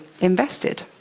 invested